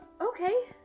Okay